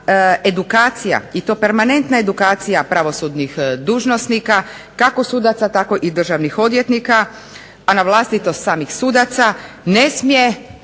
edukacija i to permanentna edukacija pravosudnih dužnosnika kako sudaca tako i državnih odvjetnika, a na vlastito samih sudaca ne smije